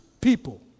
people